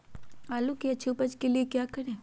आलू की अच्छी उपज के लिए क्या करें?